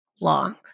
long